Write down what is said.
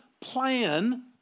plan